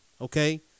Okay